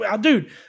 Dude